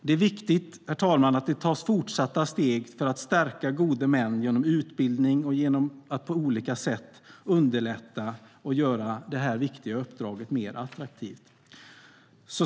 Det är viktigt att det tas fortsatta steg för att stärka gode män genom utbildning och för att på olika sätt underlätta och göra det här viktiga uppdraget mer attraktivt.